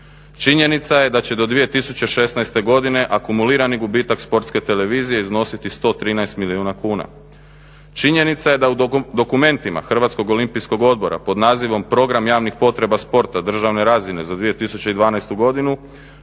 Činjenica je da će do 2016. godine akumulirani gubitak Sportske televizije iznositi 113 milijuna kuna. Činjenica je da u dokumentima Hrvatskog olimpijskog odbora pod nazivom "Program javnih potreba sporta državne razine za 2012. godinu